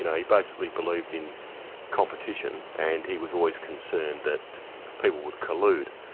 and he basically believed in competition and he was always concerned that people would collude.